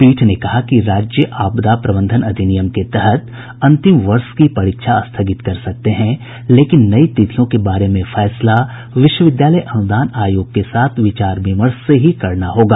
पीठ ने कहा है कि राज्य आपदा प्रबंधन अधिनियम के तहत अंतिम वर्ष की परीक्षा स्थगित कर सकते हैं लेकिन नई तिथियों के बारे में फैसला विश्वविद्यालय अनुदान आयोग के साथ विचार विमर्श से ही करना होगा